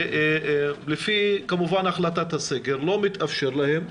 ולפי החלטת הסגר לא מתאפשר להם,